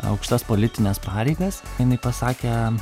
aukštas politines pareigas jinai pasakė